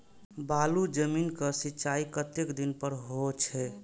बालू जमीन क सीचाई कतेक दिन पर हो छे?